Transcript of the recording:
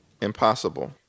impossible